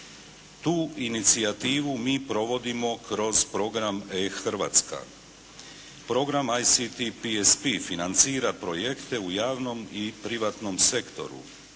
Tu inicijativu mi provodimo kroz program e-Hrvatska. Program ICT PSP financira projekte u javnom i privatnom sektoru.